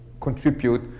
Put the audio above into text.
contribute